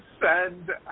send